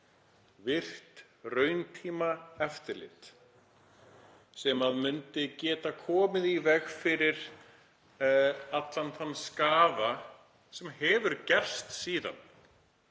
virkt rauntímaeftirlit sem myndi geta komið í veg fyrir allan þann skaða, sem hefur gerst síðan.